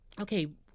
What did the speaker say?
okay